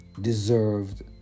deserved